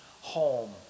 home